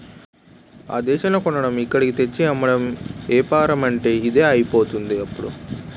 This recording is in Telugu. ఆ దేశంలో కొనడం ఇక్కడకు తెచ్చి అమ్మడం ఏపారమంటే ఇదే అయిపోయిందిప్పుడు